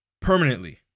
permanently